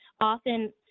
often